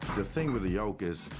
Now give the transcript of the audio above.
the thing with the yoke is,